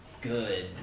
good